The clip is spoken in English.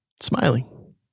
Smiling